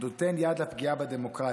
אתה נותן יד לפגיעה בדמוקרטיה.